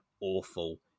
awful